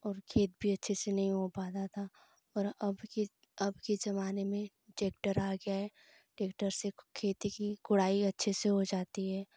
और खेत भी अच्छे से नही हो पाता था और अब के अब के जमाने में ट्रैक्टर आ गया है ट्रैक्टर से खेतों की गोड़ाई अच्छे से हो जाती है